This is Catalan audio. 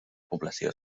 població